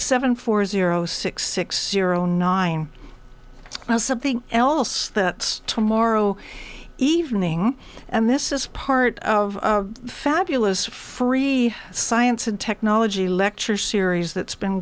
seven four zero six six zero nine well something else that's tomorrow evening and this is part of the fabulous free science and technology lecture series that's been